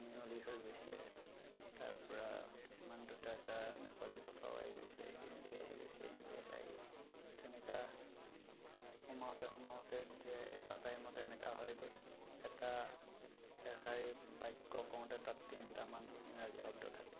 মিহলি হৈ গৈছে তাৰ পৰা কিছুমান দুটা এটা নেপালী ভাষাও আহি গৈছে হিন্দী আহি গৈছে ইংলিছ আহি গৈছে তেনেকুৱা সোমাওঁতে সোমাওঁতে এতিয়া এটা টাইমত এনেকুৱা হয়গৈ এটা এষাৰি বাক্য কওঁতে তাত তিনিটামান ইংৰাজী শব্দ থাকে